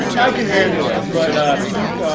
i can handle it but keith,